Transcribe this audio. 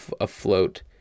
afloat